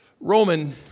Roman